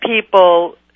people